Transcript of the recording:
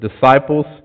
disciples